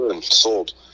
sold